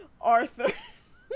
Arthur